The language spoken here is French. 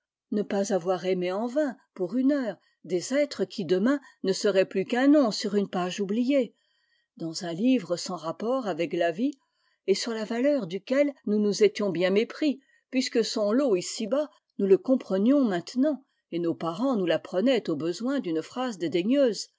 ne pas avoir aimé en vain pour une heure des êtres qui demain ne seraient plus qu'un nom sur une page oubliée dans un livre sans rapport avec la vie et sur la valeur duquel nous nous étions bien mépris puisque son lot ici-bas nous le comprenions maintenant et nos parents nous l'apprenaient au besoin d'une phrase